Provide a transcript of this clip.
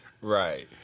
Right